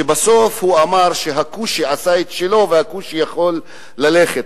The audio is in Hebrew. שבסוף אמר שהכושי עשה את שלו והכושי יכול ללכת,